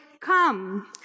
come